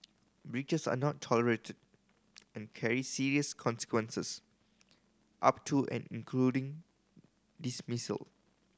breaches are not tolerated and carry serious consequences up to and including dismissal